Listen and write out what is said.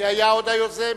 מי עוד היה יוזם?